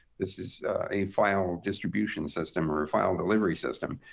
this is a file distribution system or a file delivery system.